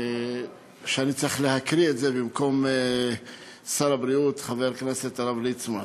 שאני צריך להקריא את זה במקום שר הבריאות חבר הכנסת הרב ליצמן.